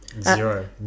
Zero